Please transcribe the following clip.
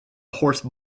horse